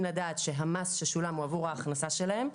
לדעת שהמס ששולם הוא עבור ההכנסה שלהם,